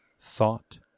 thought